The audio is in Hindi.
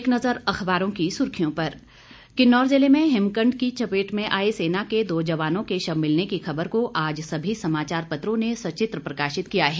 एक नज़र अखबारों की सुर्खियों पर किन्नौर जिले में हिमखंड की चपेट में आए दो जवानों के शव मिलने की खबर को आज सभी समाचार पत्रों ने संचित्र प्रकाशित किया है